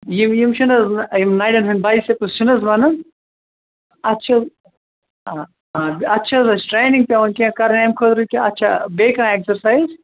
یِم یِم چھِناہ حظ یِم نَرٮ۪ن ہٕنٛدۍ بایسیٚپٕس چھِناہ حظ بنان اَتھ چھِ آ آ اَتھ چھِ حظ اَسہِ ٹرینِنٛگ پٮ۪وان کیٚنٛہہ کَرٕنۍ اَمہِ خٲطرٕ کہِ اَتھ چھا بیٚیہِ کانٛہہ اٮ۪کزرسایِز